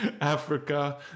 Africa